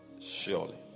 surely